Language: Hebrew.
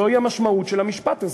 זו המשמעות של המשפט הזה.